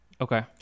okay